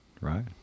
right